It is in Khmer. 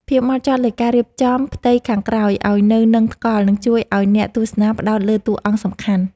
ភាពម៉ត់ចត់លើការរៀបចំផ្ទៃខាងក្រោយឱ្យនៅនឹងថ្កល់នឹងជួយឱ្យអ្នកទស្សនាផ្ដោតលើតួអង្គសំខាន់។